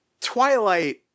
Twilight